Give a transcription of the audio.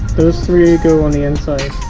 those three go on the inside,